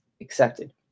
accepted